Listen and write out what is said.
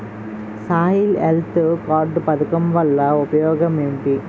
Soil health card పథకం వల్ల ఉపయోగం ఏంటి?